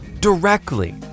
directly